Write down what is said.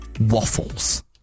Waffles